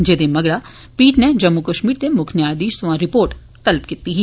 जेदे मगरा पीठ नै जम्मू कश्मीर दे मुक्ख न्यायधीश सोयां रिपोंट तलब कीती ही